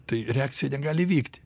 tai reakcija negali vykti